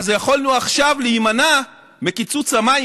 אז יכולנו עכשיו להימנע מקיצוץ המים,